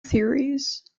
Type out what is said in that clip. theories